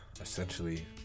essentially